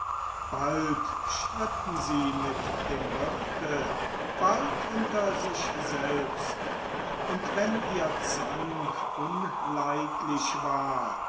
bald stritten sie mit dem wirte bald unter sich selbst und wenn ihr zank unleidlich war